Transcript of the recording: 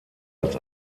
als